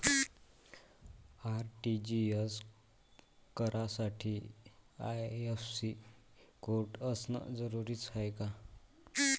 RTGS करासाठी IFSC code असनं जरुरीच हाय का?